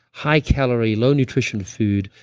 high calorie, low nutrition food,